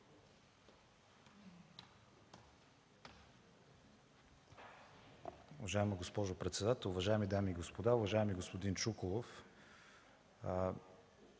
Уважаема госпожо председател, уважаеми дами и господа! Уважаеми господин Чуколов,